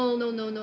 oh